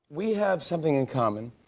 we have something in common.